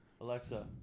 Alexa